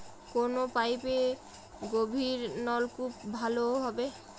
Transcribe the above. কোন পাইপে গভিরনলকুপ ভালো হবে?